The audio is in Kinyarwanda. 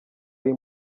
ari